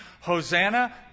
Hosanna